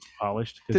polished